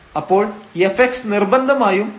അപ്പോൾ fx നിർബന്ധമായും പൂജ്യം ആയിരിക്കണം